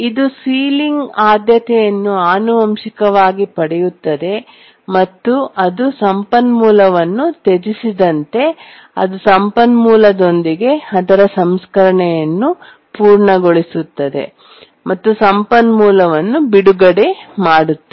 ಇದು ಸೀಲಿಂಗ್ ಆದ್ಯತೆಯನ್ನು ಆನುವಂಶಿಕವಾಗಿ ಪಡೆಯುತ್ತದೆ ಮತ್ತು ನಂತರ ಅದು ಸಂಪನ್ಮೂಲವನ್ನು ತ್ಯಜಿಸಿದಂತೆ ಅದು ಸಂಪನ್ಮೂಲದೊಂದಿಗೆ ಅದರ ಸಂಸ್ಕರಣೆಯನ್ನು ಪೂರ್ಣಗೊಳಿಸುತ್ತದೆ ಮತ್ತು ಸಂಪನ್ಮೂಲವನ್ನು ಬಿಡುಗಡೆ ಮಾಡುತ್ತದೆ